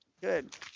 Good